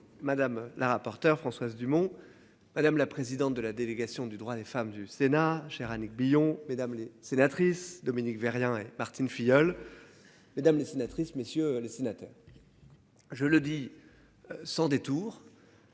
Madame la rapporteure Françoise Dumont. Madame la présidente de la délégation du droit des femmes du Sénat cher Annick Billon mesdames les sénatrices Dominique Vérien et Martine Filleul. Mesdames les sénatrices messieurs les sénateurs. Je le dis. Sans détour.